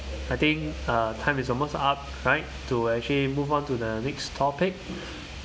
I think uh time is almost up right to actually move on to the next topic